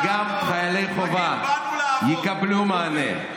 גם חיילי החובה יקבלו מענה.